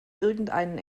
irgendeinen